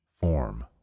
form